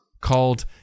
called